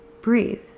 breathe